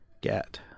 get